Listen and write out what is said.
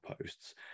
posts